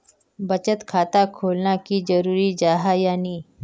बचत खाता खोलना की जरूरी जाहा या नी?